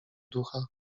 ducha